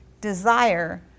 desire